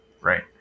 Right